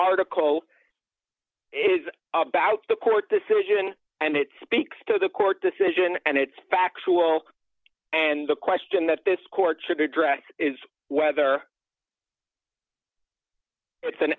article is about the court decision and it speaks to the court decision and it's factual and the question that this court should address is whether it's an